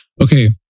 okay